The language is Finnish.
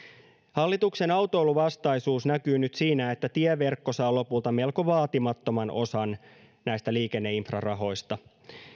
hallituksen autoiluvastaisuus näkyy nyt siinä että tieverkko saa lopulta melko vaatimattoman osan näistä liikenneinfrarahoista